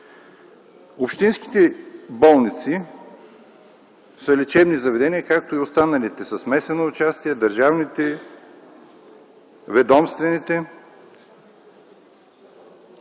Общинските болници са лечебни заведения, както и останалите – със смесено участие, държавните, ведомствените.